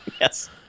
Yes